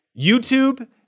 YouTube